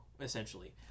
essentially